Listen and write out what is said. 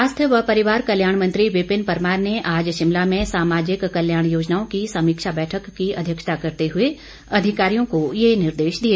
स्वास्थ्य व परिवार कल्याण मंत्री विपिन परमार ने आज शिमला में सामाजिक कल्याण योजनाओं की समीक्षा बैठक की अध्यक्षता करते हुए अधिकारियों को ये निर्देश दिए